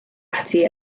ati